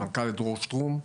המנכ"ל הוא דרור שטרום.